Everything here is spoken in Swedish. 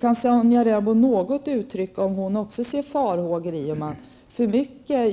Kan Sonja Rembo något uttrycka om hon också ser risker i om man gör alltför